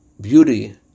beauty